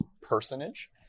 personage